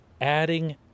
adding